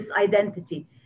identity